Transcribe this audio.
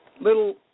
little